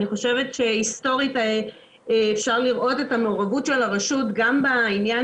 אני חושבת שהיסטורית אפשר לראות את המעורבות של הרשות גם בעניין